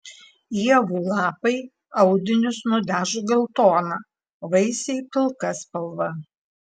ievų lapai audinius nudažo geltona vaisiai pilka spalva